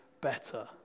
better